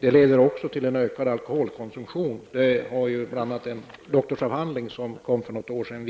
Det leder också till en ökning av alkoholkonsumtionen. Detta har visats bl.a. i en doktorsavhandling som kom för något år sedan.